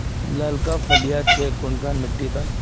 लालका फलिया छै कुनखान मिट्टी त?